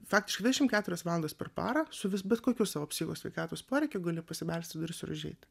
faktiškai dvidešimt keturias valandas per parą su bet kokiu savo psicho sveikatos poreikiu gali pasibelsti į duris ir užeit